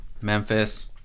Memphis